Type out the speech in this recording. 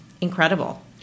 incredible